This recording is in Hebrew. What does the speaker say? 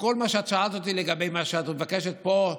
וכל מה ששאלת אותי על מה שאת מבקשת פה,